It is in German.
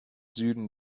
süden